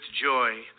joy